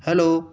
hello